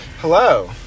Hello